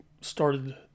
started